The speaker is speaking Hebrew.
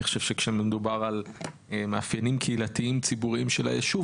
אני חושב שכשמדובר על מאפיינים קהילתיים ציבוריים של היישוב,